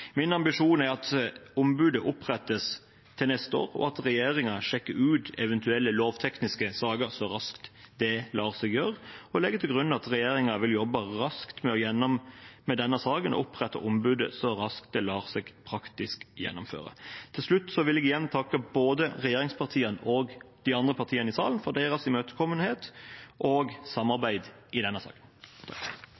Min ambisjon er at ombudet opprettes neste år, og at regjeringen sjekker ut eventuelle lovtekniske saker så raskt det lar seg gjøre. Jeg legger til grunn at regjeringen vil jobbe raskt med denne saken og opprette ombudet så raskt det lar seg praktisk gjennomføre. Til slutt vil jeg igjen takke både regjeringspartiene og de andre partiene i salen for deres imøtekommenhet og